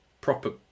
proper